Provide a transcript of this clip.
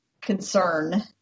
concern